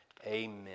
Amen